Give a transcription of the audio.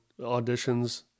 auditions